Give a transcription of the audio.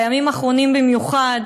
בימים האחרונים במיוחד,